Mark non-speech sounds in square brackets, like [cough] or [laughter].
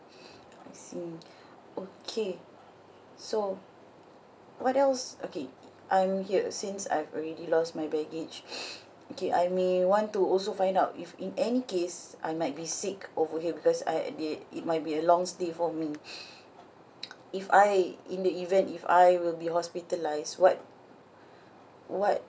I see okay so what else okay I'm here since I have already lost my baggage [noise] okay I may want to also find out if in any case I might be sick over here because I uh it might be a long stay for me [noise] if I in the event if I will be hospitalised what what